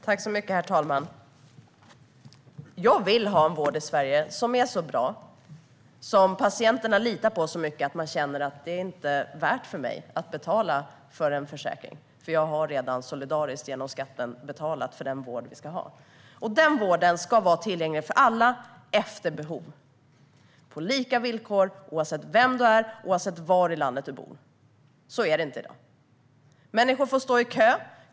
Herr talman! Jag vill ha en vård i Sverige som är så bra att patienterna litar på den så mycket att de känner att det inte är värt för dem att betala för en försäkring, utan de har redan solidariskt genom skatten betalat för den vård vi ska ha. Denna vård ska vara tillgänglig för alla efter behov. Det ska vara på lika villkor, oavsett vem man är och oavsett var i landet man bor. Så är det inte i dag. Människor får stå i kö.